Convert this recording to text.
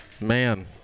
Man